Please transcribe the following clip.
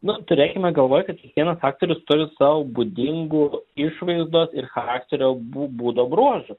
nu turėkime galvoj kad kiekvienas aktorius turi sau būdingų išvaizdos ir charakterio būdo bruožų